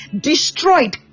destroyed